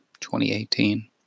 2018